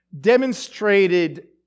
demonstrated